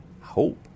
Hope